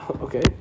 Okay